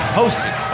hosted